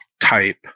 type